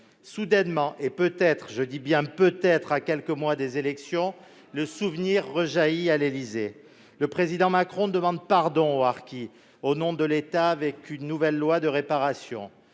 Soudainement, peut-être- je dis bien peut-être ... -à quelques mois des élections, le souvenir rejaillit opportunément à l'Élysée : le président Macron demande pardon aux harkis au nom de l'État avec une nouvelle loi de réparation.